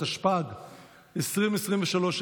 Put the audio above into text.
התשפ"ג 2023,